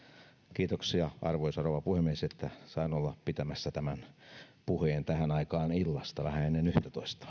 kiitoksia arvoisa rouva puhemies että sain olla pitämässä tämän puheen tähän aikaan illasta vähän ennen yhtätoista